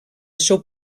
seu